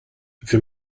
für